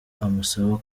amusaba